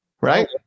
Right